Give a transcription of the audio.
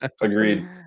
agreed